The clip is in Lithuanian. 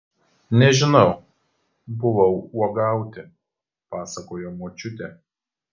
nežinau buvau uogauti pasakojo močiutė